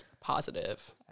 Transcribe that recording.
positive